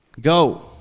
Go